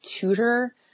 tutor